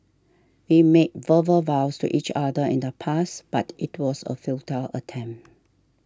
we made verbal vows to each other in the past but it was a futile attempt